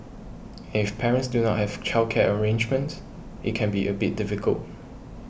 and if parents do not have childcare arrangements it can be a bit difficult